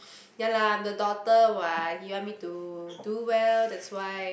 ya lah I'm the daughter what he want me to do well that's why